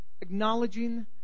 Acknowledging